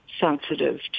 sensitive